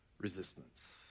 resistance